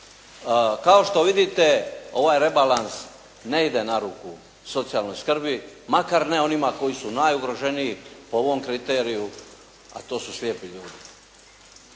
Kao što vidite ovaj rebalans ne ide na ruku socijalnoj skrbi, makar ne onima koji su najugroženiji po ovom kriteriju a to su slijepi ljudi.